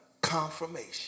confirmation